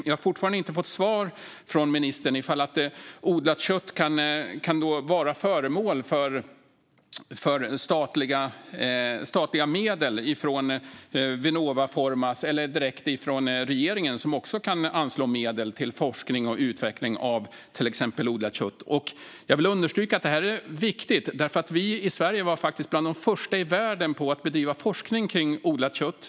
Jag har fortfarande inte fått svar från ministern om huruvida odlat kött kan bli föremål för statliga medel från Vinnova eller Formas - eller direkt från regeringen, som också kan anslå medel till forskning och utveckling av till exempel odlat kött. Jag vill understryka att det här är viktigt. Vi i Sverige var faktiskt bland de första i världen med att bedriva forskning om odlat kött.